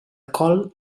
col